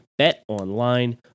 BetOnline